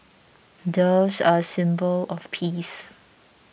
doves are a symbol of peace